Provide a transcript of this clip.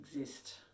exist